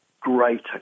greater